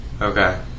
Okay